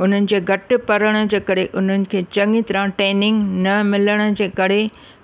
हुननि जे घटि पढ़ण जे करे उन्हनि खे चङी तरह टैंनिंग न मिलण जे करे